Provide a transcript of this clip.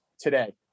today